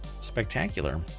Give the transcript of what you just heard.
spectacular